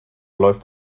läuft